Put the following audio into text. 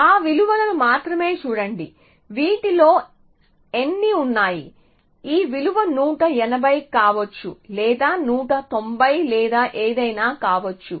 ఆ విలువలను మాత్రమే చూడండి వీటిలో ఎన్ని ఉన్నాయి ఈ విలువ 180 కావచ్చు లేదా 190 లేదా ఏదైనా కావచ్చు